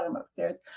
upstairs